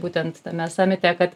būtent tame samite kad